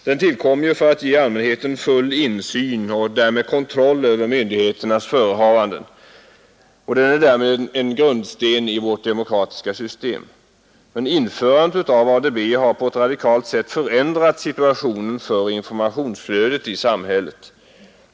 Denna tillkom ju för att ge allmänheten full insyn i och därmed kontroll över myndigheternas förehavanden, och den är således en grundsten i vårt demokratiska system. Men införandet av ADB har på ett radikalt sätt förändrat situationen för informationsflödet i samhället.